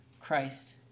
Christ